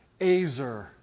azer